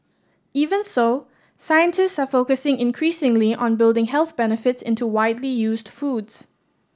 even so scientist are focusing increasingly on building health benefits into widely used foods